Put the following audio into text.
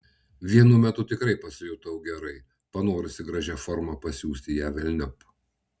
vienu metu tikrai pasijutau gerai panorusi gražia forma pasiųsti ją velniop